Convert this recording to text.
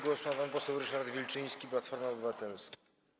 Głos ma pan poseł Ryszard Wilczyński, Platforma Obywatelska.